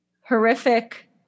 horrific